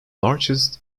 largest